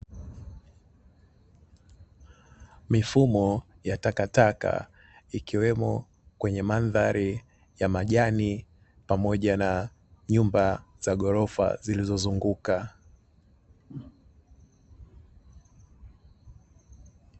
Mifumo ya takataka, ikiwemo kwenye mandhari ya majani pamoja na nyumba za gorofa zilizozunguka.